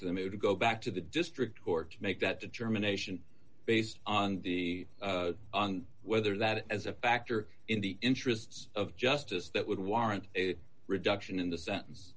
to the mood to go back to the district court to make that determination based on the whether that as a factor in the interests of justice that would warrant a reduction in the sentence